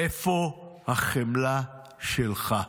איפה החמלה שלך,